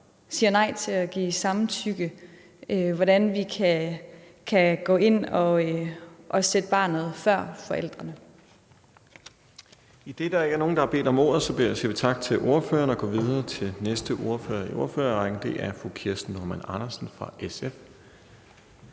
siger nej til at give samtykke. Hvordan kan vi gå ind og sætte barnet før forældrene? Kl. 16:01 Den fg. formand (Benny Engelbrecht): Idet der ikke er nogen, der har bedt om ordet, siger vi tak til ordføreren og går videre til næste ordfører i ordførerrækken. Det er fru Kirsten Normann Andersen fra SF.